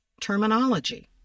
terminology